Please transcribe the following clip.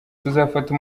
tuzafata